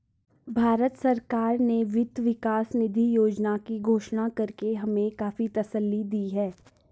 भारत सरकार ने वित्त विकास निधि योजना की घोषणा करके हमें काफी तसल्ली दी है